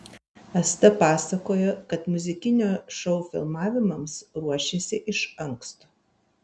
asta pasakojo kad muzikinio šou filmavimams ruošėsi iš anksto